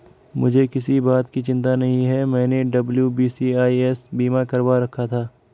मुझे किसी बात की चिंता नहीं है, मैंने डब्ल्यू.बी.सी.आई.एस बीमा करवा रखा था